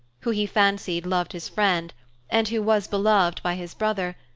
who he fancied loved his friend and who was beloved by his brother,